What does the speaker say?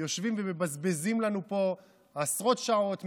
יושבים ומבזבזים לנו פה עשרות שעות,